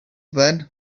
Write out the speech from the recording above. then